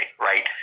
right